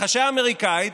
ההכחשה האמריקאית,